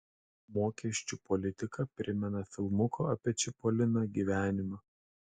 mokesčių politika primena filmuko apie čipoliną gyvenimą